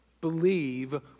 believe